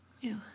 Ew